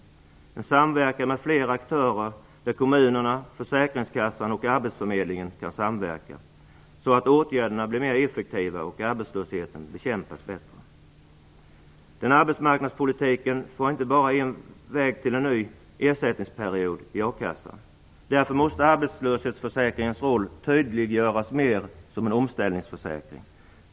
Det är en samverkan med flera aktörer, där kommunerna, Försäkringskassan och arbetsförmedlingen skall samverka så att åtgärderna blir mer effektiva och arbetslösheten bekämpas bättre. Arbetsmarknadspolitiken får inte bara vara en väg till en ny ersättningsperiod i a-kassan. Därför måste arbetslöshetsförsäkringens roll tydliggöras mer som en omställningsförsäkring.